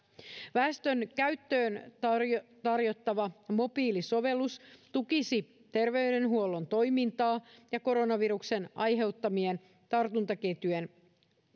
väestön käyttöön tarjottava tarjottava mobiilisovellus tukisi terveydenhuollon toimintaa ja koronaviruksen aiheuttamien tartuntaketjujen